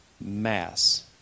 mass